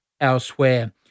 elsewhere